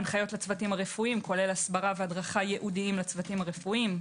הנחיות לצוותים הרפואיים כולל הדרכה והסברה ייעודיים לצוותים הרפואיים,